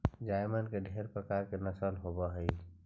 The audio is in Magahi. जमाइन के ढेर प्रकार के नस्ल होब हई